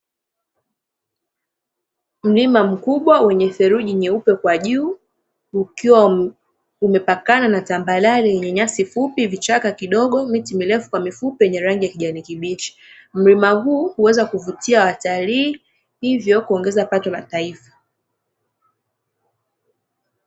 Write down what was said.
Mlima mkubwa wenye theruji nyeupe kwa juu, ukiwa umepakana na tambarare yenye nyasi fupi, vichaka kidogo na miti mirefu kwa mifupi yenye rangi ya kijani kibichi. Mlima huu huweza kuvutia watalii hivyo kuongeza pato la taifa.